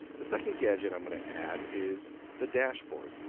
the second gadget i'm going to add is the dashboard.